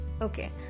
Okay